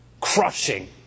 crushing